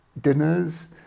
dinners